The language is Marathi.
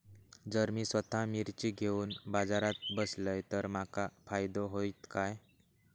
जर मी स्वतः मिर्ची घेवून बाजारात बसलय तर माका फायदो होयत काय?